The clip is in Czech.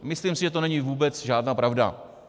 Myslím si, že to není vůbec žádná pravda.